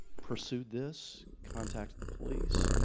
pursued this, contacted the police.